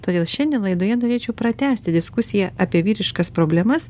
todėl šiandien laidoje norėčiau pratęsti diskusiją apie vyriškas problemas